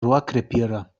rohrkrepierer